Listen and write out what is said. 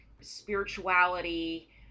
spirituality